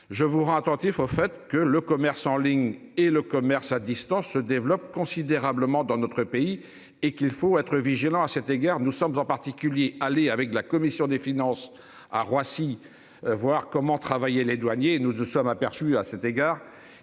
je vous rends attentif au fait que le commerce en ligne et le commerce à distance se développe considérablement dans notre pays et qu'il faut être vigilant à cet égard, nous sommes en particulier, allez avec de la commission des finances à Roissy. Voir comment travailler les douaniers nous nous sommes aperçus à cet égard